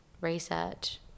research